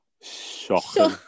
shocking